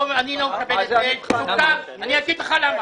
לא, אני לא מקבל את זה ואני אגיד לך למה.